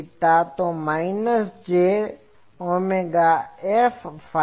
તે minus j omega Fφ